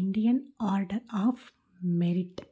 Indian Order of merit